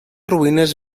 ruïnes